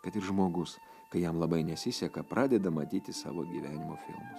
kad ir žmogus kai jam labai nesiseka pradeda matyti savo gyvenimo filmus